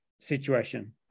situation